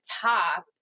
top